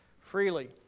freely